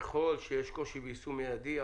ככל שיש קושי ביישום מיידי,